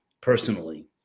personally